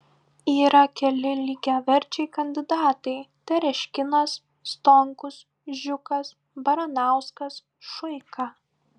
yra keli lygiaverčiai kandidatai tereškinas stonkus žiukas baranauskas šuika